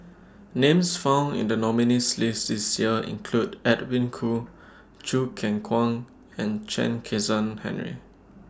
Names found in The nominees' list This Year include Edwin Koo Choo Keng Kwang and Chen Kezhan Henri